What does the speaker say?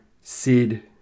Sid